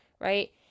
Right